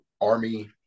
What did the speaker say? army